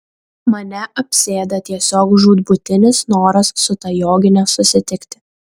mane apsėda tiesiog žūtbūtinis noras su ta jogine susitikti